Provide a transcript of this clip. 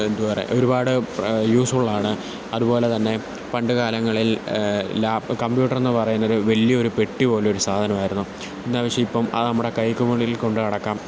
എന്തുപറയാ ഒരുപാട് യൂസ്ഫുള്ളാണ് അതുപോലെതന്നെ പണ്ടുകാലങ്ങളിൽ ലാപ് കംപ്യൂട്ടറെന്നു പറയുന്നത് വലിയൊരു പെട്ടിപോലൊരു സാധനമായിരിന്നു ഇന്നപേക്ഷിച്ചിപ്പോള് ആ നമ്മുടെ കൈകുമ്പിളിൽ കൊണ്ടുനടക്കാം